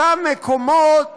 אותם מקומות